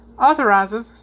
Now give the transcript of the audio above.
authorizes